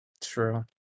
true